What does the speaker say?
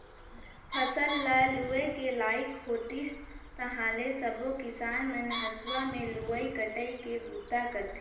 फसल ल लूए के लइक होतिस ताहाँले सबो किसान हर हंसुआ में लुवई कटई के बूता करथे